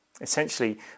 Essentially